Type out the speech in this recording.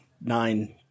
nine